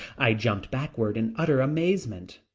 i jumped backward in utter amazement.